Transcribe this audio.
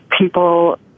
people